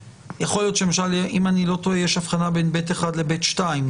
אם אני לא טועה, יש הבחנה בין אשרה ב/1 לאשרה ב/2.